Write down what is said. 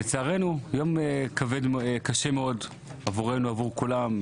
זה יום קשה מאוד עבורנו, עבור כולם.